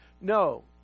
No